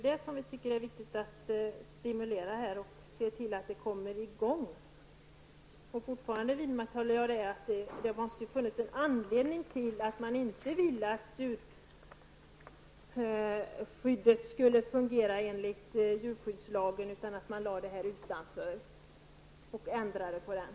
Vi tycker att det är viktigt att stimulera, så att det kommer nya metoder. Jag håller fast vid att det måste ha funnits en anledning till att man inte ville att djurskyddet skulle fungera enligt djurskyddslagen utan lade det hela utanför och gjorde ändringar.